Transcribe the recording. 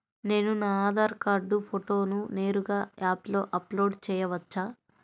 నేను నా ఆధార్ కార్డ్ ఫోటోను నేరుగా యాప్లో అప్లోడ్ చేయవచ్చా?